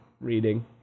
reading